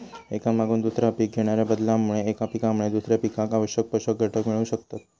एका मागून दुसरा पीक घेणाच्या बदलामुळे एका पिकामुळे दुसऱ्या पिकाक आवश्यक पोषक घटक मिळू शकतत